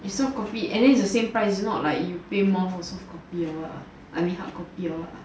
is softcopy and then it's the same price it's not like you pay more for softccopy or what what I mean hard copy or what ah